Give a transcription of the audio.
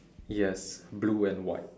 yes blue and white